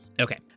Okay